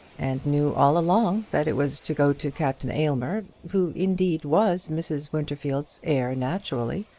and knew all along that it was to go to captain aylmer who, indeed, was mrs. winterfield's heir naturally.